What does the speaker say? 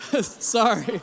sorry